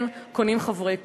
כן, קונים חברי כנסת.